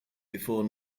before